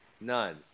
None